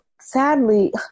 sadly